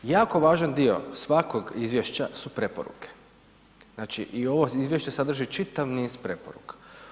Jako važan dio svakog izvješća su preporuke, znači i ovo izvješće sadrži čitav niz preporuka.